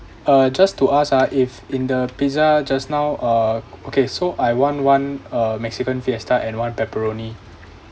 uh just to ask ah if in the pizza just now uh okay so I want one uh mexican fiesta and one pepperoni